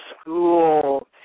school